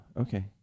okay